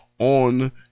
on